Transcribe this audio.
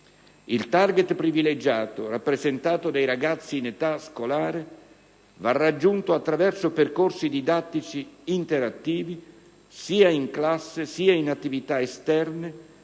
Il *target* privilegiato, rappresentato dai ragazzi in età scolare, va raggiunto attraverso percorsi didattici interattivi, sia in classe sia in attività esterne,